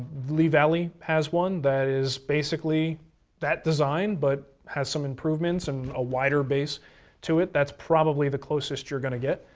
lee valley has one that is basically that design, but has some improvements and a wider base to it. that's probably the closest you're going to get.